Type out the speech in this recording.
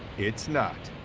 it's not.